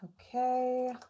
Okay